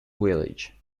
village